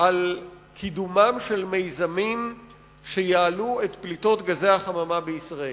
על קידומם של מיזמים שיעלו את פליטות גזי החממה בישראל.